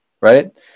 Right